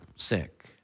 sick